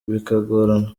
bikagorana